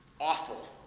Awful